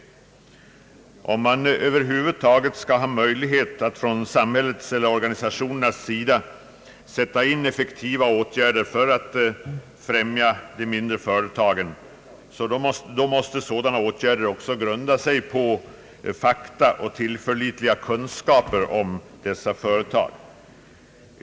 Om samhället eller organisationerna över huvud taget skall ha möjlighet att sätta in effektiva åtgärder för de mindre företagen, då måste sådana åtgärder också grunda sig på fakta och tillförlitliga kunskaper.